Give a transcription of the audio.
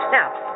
Now